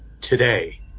today